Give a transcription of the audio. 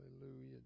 Hallelujah